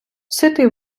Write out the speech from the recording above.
ситий